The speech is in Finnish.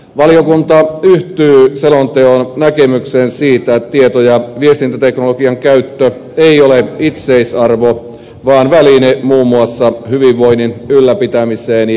valiokunta yhtyy selonteon näkemykseen siitä että tieto ja viestintäteknologian käyttö ei ole itseisarvo vaan väline muun muassa hyvinvoinnin ylläpitämiseen ja lisäämiseen